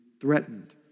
threatened